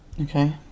Okay